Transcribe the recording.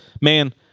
man